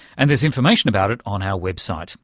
and there's information about it on our website